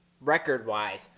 record-wise